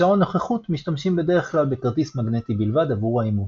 בשעון נוכחות משתמשים בדרך כלל בכרטיס מגנטי בלבד עבור האימות.